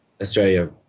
Australia